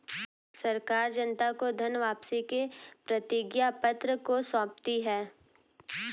सरकार जनता को धन वापसी के प्रतिज्ञापत्र को सौंपती है